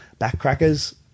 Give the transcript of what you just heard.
backcrackers